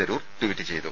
Tharoor tweet ചെയ്തു